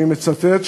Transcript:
ואני מצטט,